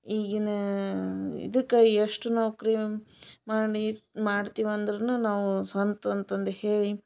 ಈಗಿನ ಇದಕ್ಕ ಎಷ್ಟು ನೌಕರಿ ಮಾಡಿ ಮಾಡ್ತಿವಂದರನು ನಾವು ಸ್ವಂತ ಅಂತಂದು ಹೇಳಿ